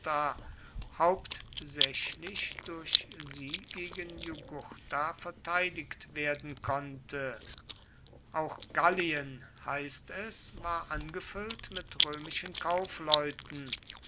hauptsächlich durch sie gegen jugurtha verteidigt werden konnte auch gallien heißt es war angefüllt mit römischen kaufleuten